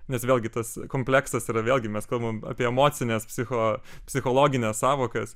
nes vėlgi tas kompleksas yra vėlgi mes kalbam apie emocines psicho psichologines sąvokas